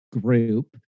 group